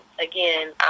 again